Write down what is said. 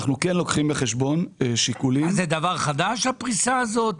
אנחנו כן לוקחים בחשבון שיקולים --- הפריסה הזאת